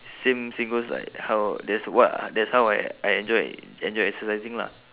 same same goes like how that's what ah that's how I I enjoy enjoy exercising lah